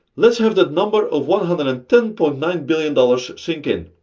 let's have that number of one hundred and ten point nine billion dollars sink in.